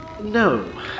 no